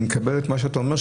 אני מקבל את מה שאתה אומר,